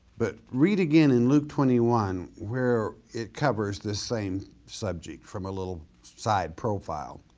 but read again in luke twenty one where it covers this same subject from a little side profile.